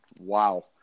Wow